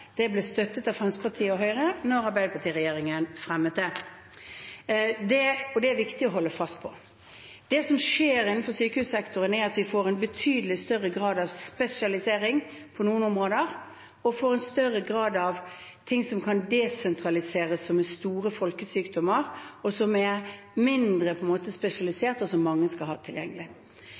Det ble støttet av Fremskrittspartiet og Høyre da Arbeiderparti-regjeringen fremmet det, og det er viktig å holde fast på det. Det som skjer innenfor sykehussektoren, er at vi får en betydelig større grad av spesialisering på noen områder og en større grad av ting som kan desentraliseres, som gjelder store folkesykdommer, som er mindre spesialisert, og som mange skal ha tilgjengelig.